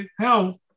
health